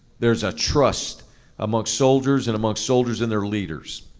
there's a trust amongst soldiers and amongst soldiers and their leaders.